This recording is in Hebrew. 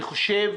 אני חושב,